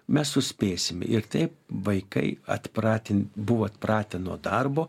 mes suspėsim ir taip vaikai atpratint buvo atpratę nuo darbo